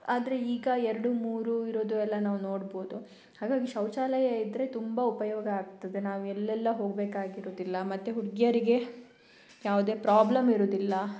ಆದರೆ ಈಗ ಎರಡು ಮೂರು ಇರೋದು ಎಲ್ಲ ನಾವು ನೋಡ್ಬೋದು ಹಾಗಾಗಿ ಶೌಚಾಲಯ ಇದ್ದರೆ ತುಂಬ ಉಪಯೋಗ ಆಗ್ತದೆ ನಾವು ಎಲ್ಲೆಲ್ಲ ಹೋಗ್ಬೇಕಾಗಿರೋದಿಲ್ಲ ಮತ್ತು ಹುಡುಗಿಯರಿಗೆ ಯಾವುದೇ ಪ್ರಾಬ್ಲಮ್ ಇರೋದಿಲ್ಲ